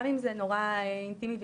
גם אם זה נורא אינטימי ואישי.